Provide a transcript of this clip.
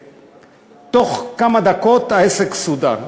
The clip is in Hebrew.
ובתוך כמה דקות העסק סודר.